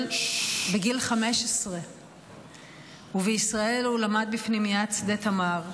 בגיל 15. בישראל הוא למד בפנימיית שדה תמר,